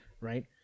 right